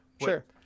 Sure